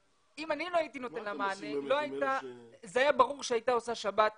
אם אני לא הייתי נותן לה מענה זה היה ברור שהיא הייתה עושה שבת בחוץ.